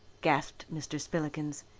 gasped mr. spillikins.